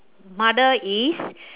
mother is